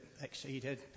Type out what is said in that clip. exceeded